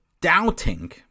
doubting